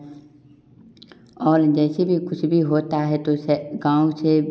और जैसे भी कुछ भी होता है तो उसे गाँव से